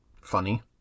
funny